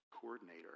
Coordinator